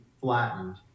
flattened